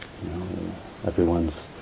everyone's